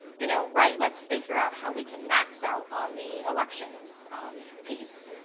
you know, right, let's figure out how we can max out on the elections piece,